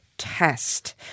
test